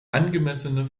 angemessene